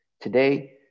today